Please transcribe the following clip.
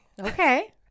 Okay